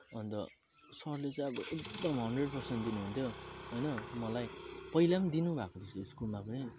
अनि त सरले चाहिँ अब एकदम हन्ड्रेड पर्सन्ट दिनुहुन्थ्यो हैन मलाई पैला पनि दिनुभएको स्कुलमा पनि